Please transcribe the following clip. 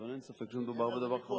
אבל אין ספק שמדובר בדבר חמור.